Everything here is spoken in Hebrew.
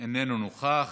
איננו נוכח.